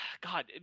god